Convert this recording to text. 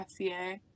FCA